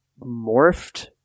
morphed